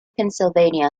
pennsylvania